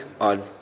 on